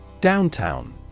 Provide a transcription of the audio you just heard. Downtown